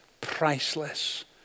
priceless